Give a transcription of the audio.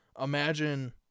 Imagine